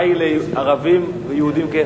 חבר הכנסת כץ, הצעתך היא לערבים ויהודים כאחד?